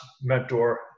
mentor